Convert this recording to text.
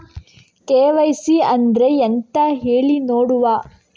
KYC ಅಂದ್ರೆ ಎಂತ ಹೇಳಿ ನೋಡುವ?